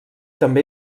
també